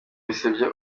bisebya